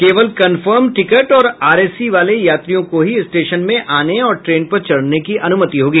केवल confirm ticket और RAC वाले यात्रियों को ही स्टेशन में आने और ट्रेन पर चढ़ने की अनुमति होगी